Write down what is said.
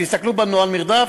תסתכלו בנוהל המרדף,